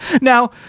now